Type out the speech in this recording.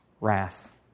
wrath